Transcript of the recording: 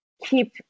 keep